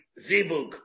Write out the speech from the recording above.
zibug